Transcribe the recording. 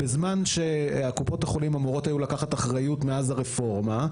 בזמן שקופות החולים היו אמורות לקחת אחריות מאז הרפורמה,